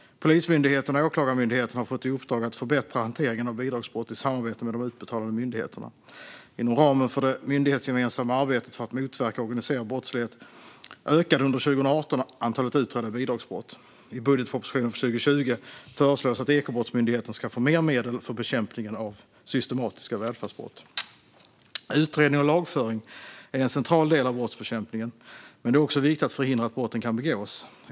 Polismyndigheten och Åklagarmyndigheten har fått i uppdrag att förbättra hanteringen av bidragsbrott i samarbete med de utbetalande myndigheterna. Inom ramen för det myndighetsgemensamma arbetet för att motverka organiserad brottslighet ökade under 2018 antalet utredda bidragsbrott. I budgetpropositionen för 2020 föreslås att Ekobrottsmyndigheten ska få mer medel för bekämpningen av systematiska välfärdsbrott. Utredning och lagföring är en central del av brottsbekämpningen, men det är också viktigt att förhindra att brotten kan begås.